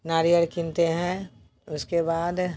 नारिअल कीनते हैं उसके बाद